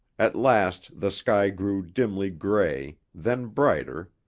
at last the sky grew dimly gray, then brighter,